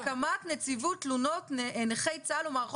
הקמת נציבות תלונות נכי צה"ל ומערכות